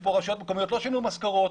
שפה רשויות מקומיות לא שילמו משכורות,